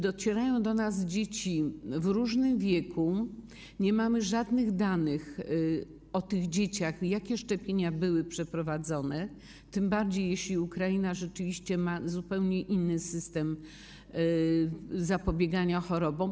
Docierają do nas dzieci w różnym wieku, nie mamy żadnych danych o tych dzieciach, jakie szczepienia były przeprowadzone, tym bardziej że Ukraina rzeczywiście ma zupełnie inny system zapobiegania chorobom.